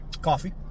Coffee